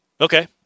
Okay